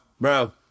bro